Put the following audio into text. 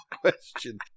question